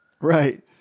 Right